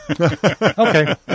Okay